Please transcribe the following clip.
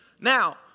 Now